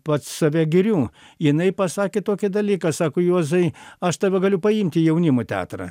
pats save giriu jinai pasakė tokį dalyką sako juozai aš tave galiu paimt į jaunimo teatrą